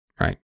right